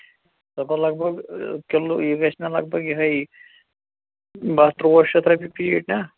سۄ گوٚو لگ بگ کِلوٗ یہِ گژھِ نہٕ لگ بگ یِہےَ باہ تُرٛواہ شیٚتھ رۄپیہِ پیٖٹ نا